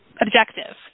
objective